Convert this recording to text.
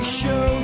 show